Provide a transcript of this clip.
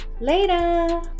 Later